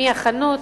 מי החנות,